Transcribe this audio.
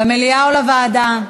למליאה או לוועדה?